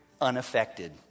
unaffected